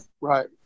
Right